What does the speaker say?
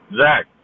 zach